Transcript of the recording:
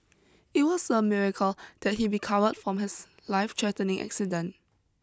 it was a miracle that he recovered from his lifethreatening accident